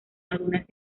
algunas